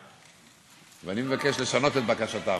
למליאה, ואני מבקש לשנות את בקשתם.